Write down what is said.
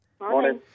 Morning